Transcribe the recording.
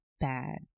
Bad